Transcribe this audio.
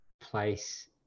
place